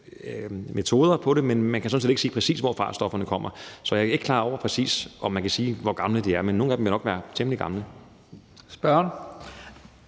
metoder til det, men man kan sådan set ikke se, præcis hvorfra stofferne kommer. Så jeg er ikke klar over, om kan man sige, præcis hvor gamle de er, men nogle af dem vil nok være temmelig gamle. Kl.